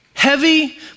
Heavy